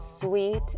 sweet